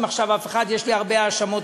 כבר לפני עשרה ימים להביא את חוק ההתאמות.